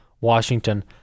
Washington